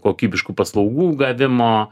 kokybiškų paslaugų gavimo